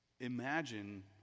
Imagine